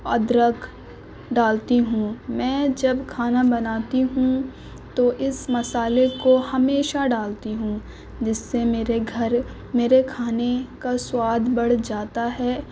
ادرک ڈالتی ہوں میں جب کھانا بناتی ہوں تو اس مسالے کو ہمیشہ ڈالتی ہوں جس سے میرے گھر میرے کھانے کا سواد بڑھ جاتا ہے